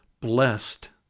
blessed